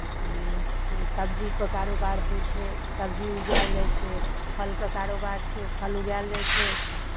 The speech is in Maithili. सब्जीके कारोबार होइ छै सब्जी उगायल जाइ छै फलके कारोबार छै फल उगायल जाइ छै